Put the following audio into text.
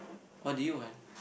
what did you want